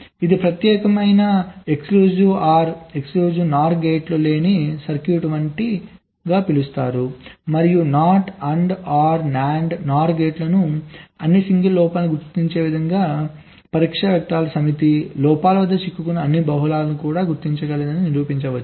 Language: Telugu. దీనిని ప్రత్యేకమైన OR ప్రత్యేకమైన NOR గేట్ లేని సర్క్యూట్ వంటి చెట్టు అని పిలుస్తారు మరియు NOT AND OR NAND NOR గేట్లు అన్ని సింగిల్ లోపాలను గుర్తించే పరీక్షా వెక్టర్ల సమితి లోపాల వద్ద చిక్కుకున్న అన్ని బహుళాలను కూడా గుర్తించగలదని నిరూపించవచ్చు